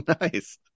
Nice